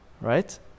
right